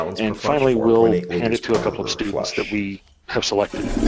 and finally, we'll hand it to a couple of students that we have selected